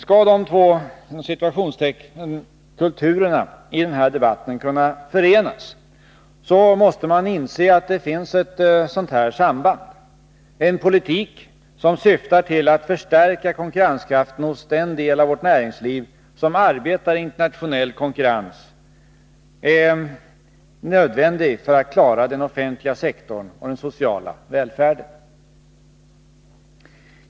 Skall de två ”kulturerna” i den här debatten kunna förenas så måste man inse att det finns ett sådant här samband: En politik som syftar till att förstärka konkurrenskraften hos den del av vårt näringsliv som arbetar i internationell konkurrens är nödvändig för att klara den offentliga sektorn och den sociala välfärden.